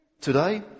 today